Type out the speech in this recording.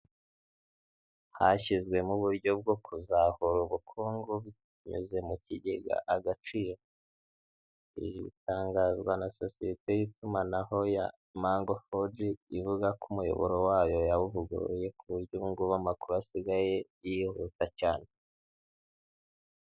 Hashyizwemo uburyo bwo kuzahura ubukungu, binyuze mu kigega agaciro. Ibi bitangazwa na sosiyete y'itumanaho ya mango fogi, ivuga ko umuyoboro wayo yawuvuguruye ku buryo ubu ngubu amakuru asigaye yihuta cyane.